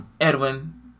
Edwin